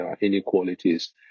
inequalities